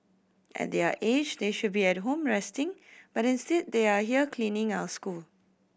at their age they should be at home resting but instead they are here cleaning our school